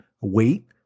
weight